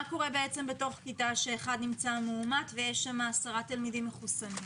מה קורה בכיתה שאחד נמצא מאומת ויש שם 10 תלמידים מחוסנים?